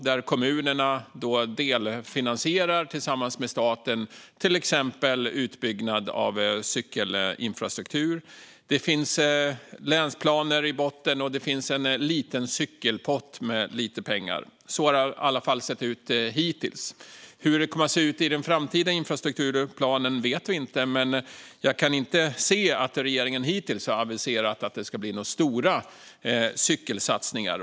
Där delfinansierar kommunerna tillsammans med staten till exempel utbyggnad av cykelinfrastruktur. Det finns länsplaner i botten, och det finns en liten cykelpott med lite pengar. Så har det i alla fall sett ut hittills. Hur det kommer att se ut i den framtida infrastrukturplanen vet vi inte. Men jag kan inte se att regeringen hittills har aviserat att det ska bli några stora cykelsatsningar.